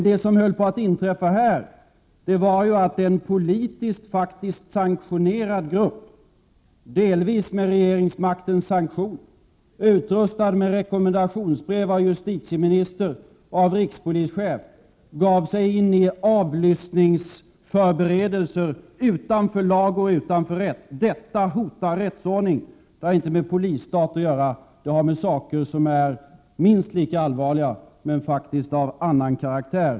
Det som höll på att inträffa i det här sammanhanget var att en politiskt faktiskt sanktionerad grupp — delvis med regeringsmaktens sanktion och utrustad med ett rekommendationsbrev utfärdat av justitieministern och rikspolischefen — gav sig in på avlyssningsförberedelser, vid sidan av lag och rätt. Detta hotar rättsordningen. Detta har inte med polisstaten att göra, utan det har att göra med andra saker som är minst lika allvarliga men som faktiskt är av annan karaktär.